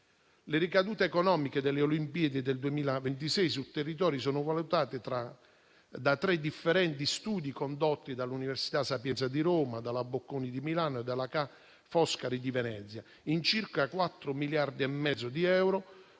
Le ricadute economiche delle Olimpiadi del 2026 sui territori sono valutate, da tre differenti studi condotti dalle università La Sapienza di Roma, Bocconi di Milano e Ca' Foscari di Venezia, in circa 4,5 miliardi di euro,